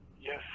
Yes